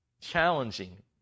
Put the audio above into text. challenging